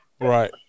Right